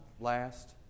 last